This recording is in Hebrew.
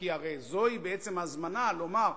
כי הרי זוהי בעצם הזמנה לומר: